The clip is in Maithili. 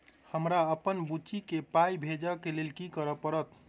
हमरा अप्पन बुची केँ पाई भेजइ केँ लेल की करऽ पड़त?